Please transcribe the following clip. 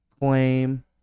claim